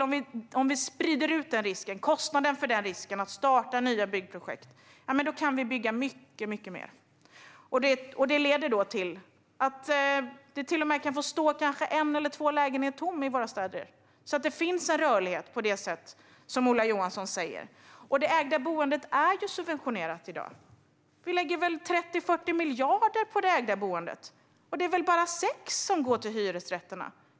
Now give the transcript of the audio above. Om vi sprider ut kostnaden för risken att starta nya byggprojekt kan vi bygga mycket mer. Det leder till att en eller två lägenheter till och med kan få stå tomma i våra städer, så att det finns en rörlighet på det sätt som Ola Johansson säger. Det ägda boendet är subventionerat i dag. Vi lägger omkring 30-40 miljarder på det ägda boendet, och det är bara omkring 6 miljarder som går till hyresrätterna.